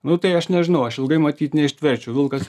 nu tai aš nežinau aš ilgai matyt neištverčiau vilkas